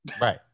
Right